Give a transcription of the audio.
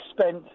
spent